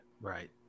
Right